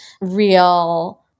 real